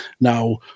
Now